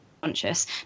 Conscious